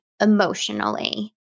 emotionally